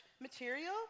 material